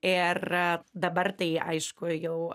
ir dabar tai aišku jau